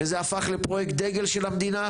שזה הפך פרויקט דגל של המדינה,